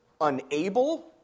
unable